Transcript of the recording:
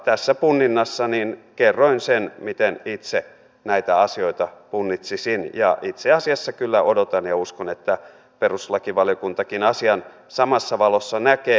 tässä punninnassa kerroin sen miten itse näitä asioita punnitsisin ja itse asiassa kyllä odotan ja uskon että perustuslakivaliokuntakin asian samassa valossa näkee